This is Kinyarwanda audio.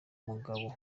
mugabo